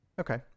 Okay